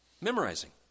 Memorizing